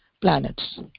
Planets